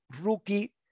rookie